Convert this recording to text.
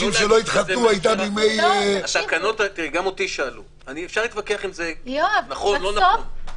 גם אותי שאלו ואפשר להתווכח אם זה נכון או לא נכון.